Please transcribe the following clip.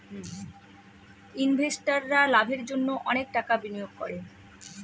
ইনভেস্টাররা লাভের জন্য অনেক টাকা বিনিয়োগ করে